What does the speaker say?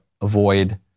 avoid